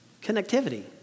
connectivity